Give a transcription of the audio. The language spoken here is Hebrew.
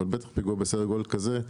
אבל בסדר גודל כזה,